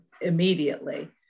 immediately